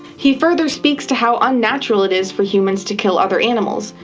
he further speaks to how unnatural it is for humans to kill other animals.